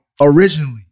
originally